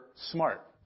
smart